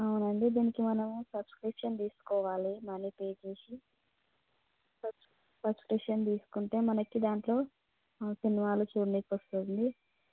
అవునండి దీనికి మనం సబ్స్క్రిప్షన్ తీసుకోవాలి మనీ పే చేసి సబ్ సబ్స్క్రిప్షన్ తీసుకుంటే మనకు దాంట్లో సినిమాలు చూడడానికి వస్తుంది